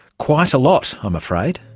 quite a lot i'm afraid.